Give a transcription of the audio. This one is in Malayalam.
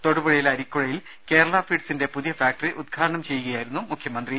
തൊടുപുഴയിലെ അരിക്കുഴയിൽ കേരള ഫീഡ്സിന്റെ പുതിയ ഫാക്ടറി ഉദ്ഘാടനം ചെയ്യുകയായിരുന്നു അദ്ദേഹം